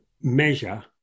measure